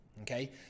okay